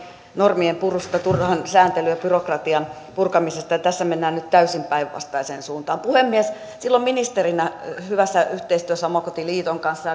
normienpurusta turhan sääntelyn ja byrokratian purkamisesta niin tässä mennään nyt täysin päinvastaiseen suuntaan puhemies silloin ministerinä hyvässä yhteistyössä omakotiliiton kanssa